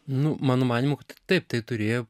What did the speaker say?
nu mano manymu taip tai turėjo